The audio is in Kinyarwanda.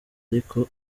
ariko